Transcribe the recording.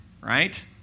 right